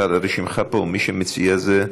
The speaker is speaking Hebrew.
מי שמציע זה,